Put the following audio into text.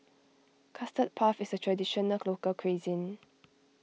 Custard Puff is a Traditional Local Cuisine